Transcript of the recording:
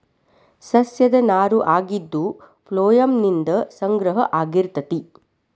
ಸಸ್ಯದ ನಾರು ಆಗಿದ್ದು ಪ್ಲೋಯಮ್ ನಿಂದ ಸಂಗ್ರಹ ಆಗಿರತತಿ